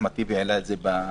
אחמד טיבי העלה את זה במליאה.